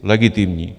Legitimní.